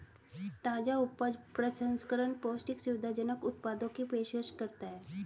ताजा उपज प्रसंस्करण पौष्टिक, सुविधाजनक उत्पादों की पेशकश करता है